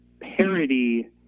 parody